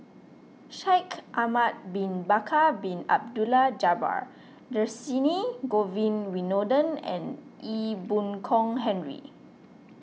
Shaikh Ahmad Bin Bakar Bin Abdullah Jabbar Dhershini Govin Winodan and Ee Boon Kong Henry